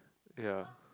ya